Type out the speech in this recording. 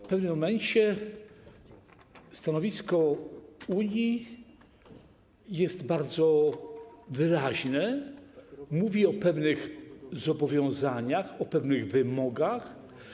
W pewnym momencie stanowisko Unii jest bardzo wyraźne - mówi o pewnych zobowiązaniach, o pewnych wymogach.